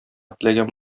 теләгән